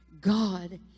God